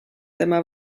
tema